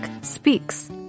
speaks